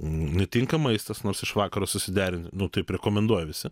netinka maistas nors iš vakaro susiderini nu taip rekomenduoja visi